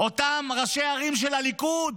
אותם ראשי ערים של הליכוד.